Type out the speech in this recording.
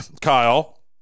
Kyle